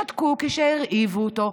שתקו כשהרעיבו אותו,